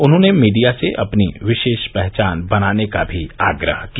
उन्होंने मीडिया से अपनी विशेष पहचान बनाने का भी आग्रह किया